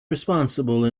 responsible